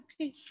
okay